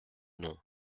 non